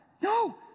No